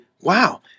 Wow